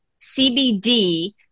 CBD